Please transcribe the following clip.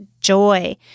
joy